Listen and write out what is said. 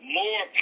more